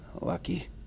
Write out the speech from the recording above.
Lucky